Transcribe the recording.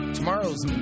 Tomorrow's